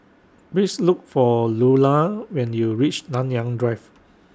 Please Look For Lulla when YOU REACH Nanyang Drive